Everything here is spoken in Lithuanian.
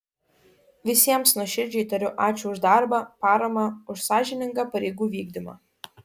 visiems nuoširdžiai tariu ačiū už darbą paramą už sąžiningą pareigų vykdymą